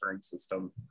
system